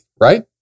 right